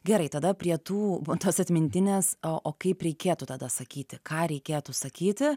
gerai tada prie tų tos atmintinės o o kaip reikėtų tada sakyti ką reikėtų sakyti